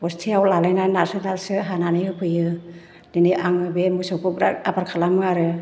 ब'स्थायाव लालायनानै नारसो नारसो हानानै होफैयो दिनै आङो बे मोसौखौ बिराथ आबार खालामो आरो